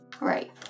Right